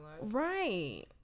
Right